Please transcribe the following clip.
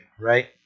right